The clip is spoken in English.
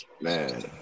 Man